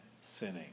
sinning